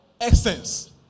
essence